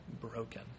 broken